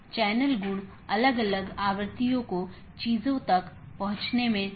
इसलिए हर कोई दुसरे को जानता है या हर कोई दूसरों से जुड़ा हुआ है